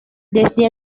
desde